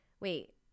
wait